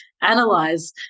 analyze